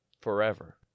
forever